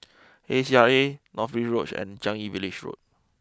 A C R A North Bridge Road and Changi Village Road